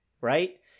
right